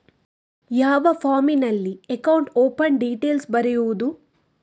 ಯಾವ ಫಾರ್ಮಿನಲ್ಲಿ account open detail ಬರೆಯುವುದು?